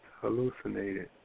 hallucinated